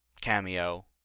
Cameo